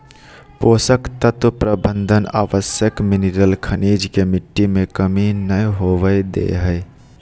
पोषक तत्व प्रबंधन आवश्यक मिनिरल खनिज के मिट्टी में कमी नै होवई दे हई